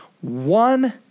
One